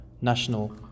national